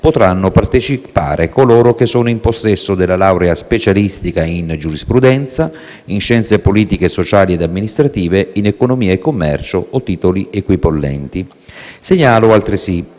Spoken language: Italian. potranno partecipare coloro che sono in possesso della laurea specialistica in giurisprudenza, in scienze politiche, sociali ed amministrative, in economia e commercio o titoli equipollenti. Segnalo altresì